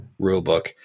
rulebook